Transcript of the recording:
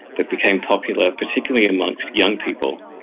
that became popular particularly amongst young people,